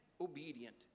obedient